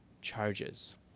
charges